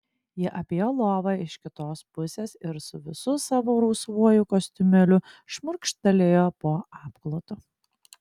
ji apėjo lovą iš kitos pusės ir su visu savo rausvuoju kostiumėliu šmurkštelėjo po apklotu